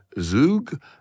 Zug